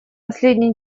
последние